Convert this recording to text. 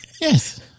Yes